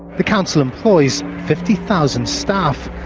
the council employs fifty thousand staff.